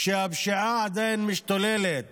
שהפשיעה עדיין משתוללת